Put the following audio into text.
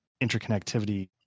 interconnectivity